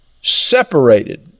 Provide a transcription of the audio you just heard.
separated